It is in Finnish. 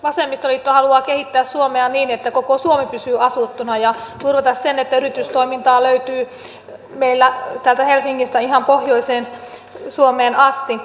vasemmistoliitto haluaa kehittää suomea niin että koko suomi pysyy asuttuna ja turvata sen että yritystoimintaa löytyy meillä täältä helsingistä ihan pohjoiseen suomeen asti